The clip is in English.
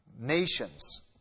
nations